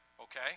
okay